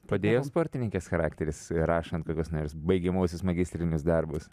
padėjo sportininkės charakteris ir rašant kokius nors baigiamuosius magistrinius darbus